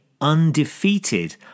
undefeated